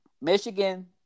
Michigan